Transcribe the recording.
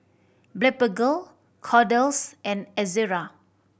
Blephagel Kordel's and Ezerra